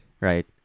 right